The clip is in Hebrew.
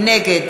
נגד